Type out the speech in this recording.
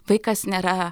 vaikas nėra